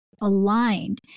aligned